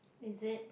is it